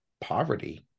poverty